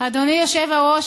אדוני היושב-ראש,